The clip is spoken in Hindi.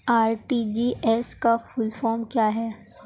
आर.टी.जी.एस का फुल फॉर्म क्या है?